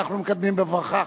אנחנו מקדמים בברכה,